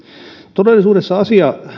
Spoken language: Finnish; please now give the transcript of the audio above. todellisuudessa asia